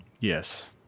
Yes